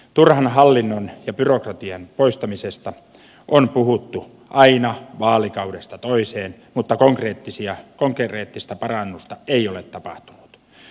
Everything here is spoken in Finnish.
turhan hallinnon ja byrokratian poistamisesta on puhuttu aina vaalikaudesta toiseen mutta konkreettista parannusta ei ole tapahtunut